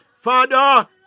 Father